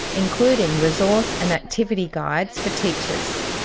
including resource and activity guides for teachers.